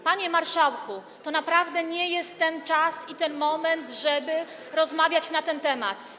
Panie marszałku, to naprawdę nie jest ten czas ani ten moment, żeby rozmawiać na ten temat.